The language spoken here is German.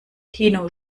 tino